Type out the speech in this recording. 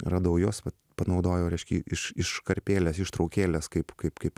radau juos panaudojau reiškia iš iškarpėles ištraukėles kaip kaip kaip